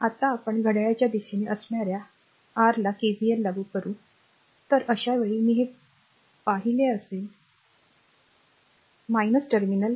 आता आपण घड्याळाच्या दिशेने असणाय्रा r ला केव्हीएल लागू करू तर अशावेळी हे पहिले असेल टर्मिनल